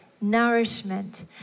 nourishment